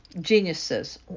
geniuses